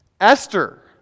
Esther